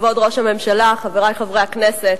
כבוד ראש הממשלה, חברי חברי הכנסת,